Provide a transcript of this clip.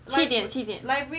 七点七点